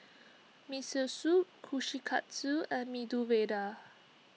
Miso Soup Kushikatsu and Medu Vada